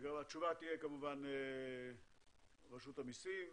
כמובן, התשובה תהיה מרשות המיסים.